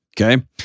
Okay